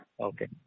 Okay